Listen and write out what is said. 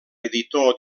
editor